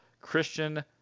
Christian